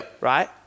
Right